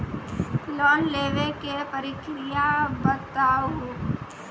Loan लेवे के प्रक्रिया बताहू?